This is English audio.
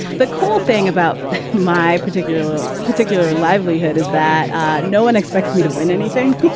the cool thing about my particular, particular livelihood is that no one expects me to win anything